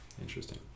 Interesting